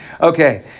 okay